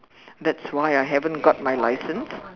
that's why I haven't got my license